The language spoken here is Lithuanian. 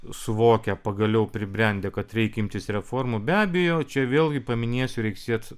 suvokę pagaliau pribrendę kad reikia imtis reformų be abejo čia vėlgi paminėsiu reik siet